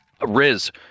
riz